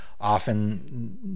often